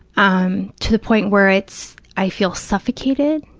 um to the point where it's, i feel suffocated,